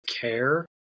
care